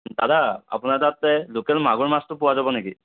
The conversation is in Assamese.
দাদা আপোনাৰ তাতে লোকেল মাগুৰ মাছটো পোৱা যাব নেকি